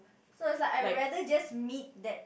so it's like I rather just meet that